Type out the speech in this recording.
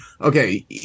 okay